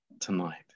tonight